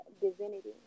divinity